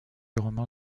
roman